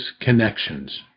connections